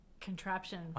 contraption